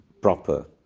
proper